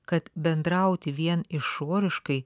kad bendrauti vien išoriškai